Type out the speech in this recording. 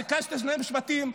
ביקשתי שני משפטים.